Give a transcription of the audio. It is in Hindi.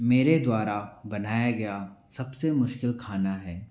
मेरे द्वारा बनाया गया सबसे मुश्किल खाना है